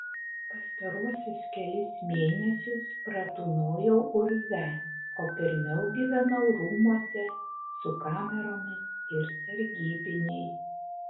pastaruosius kelis mėnesius pratūnojau urve o pirmiau gyvenau rūmuose su kameromis ir sargybiniais